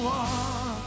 one